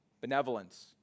benevolence